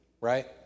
right